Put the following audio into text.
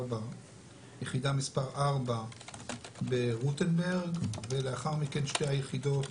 יחידה מספר 4 ברוטנברג ולאחר מכן שתי היחידות